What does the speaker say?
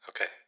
okay